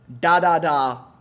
da-da-da